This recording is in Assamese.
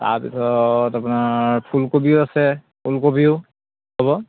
তাৰপিছত আপোনাৰ ফুলকবিও আছে উলকবিও হ'ব